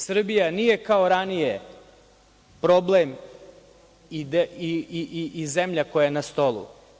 Srbija nije kao ranije problem i zemlja koja je na stolu.